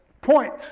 point